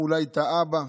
אולי את האבא,